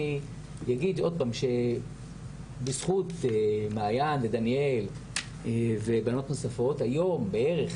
אני אגיד עוד פעם - בזכות מעיין ודניאל ובנות נוספות היום בערך